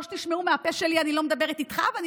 לא תשמעו מהפה שלי "אני לא מדברת איתך" ו"אני